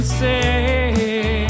say